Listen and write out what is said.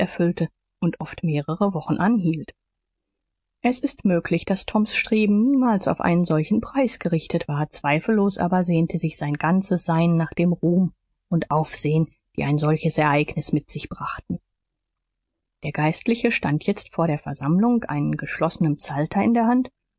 erfüllte und oft mehrere wochen anhielt es ist möglich daß toms streben niemals auf einen solchen preis gerichtet war zweifellos aber sehnte sich sein ganzes sein nach dem ruhm und aufsehen die ein solches ereignis mit sich brachten der geistliche stand jetzt vor der versammlung einen geschlossenen psalter in der hand